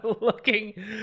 looking